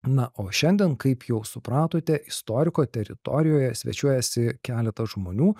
na o šiandien kaip jau supratote istoriko teritorijoje svečiuojasi keletas žmonių